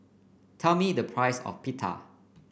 tell me the price of Pita